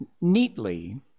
neatly